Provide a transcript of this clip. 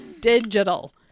Digital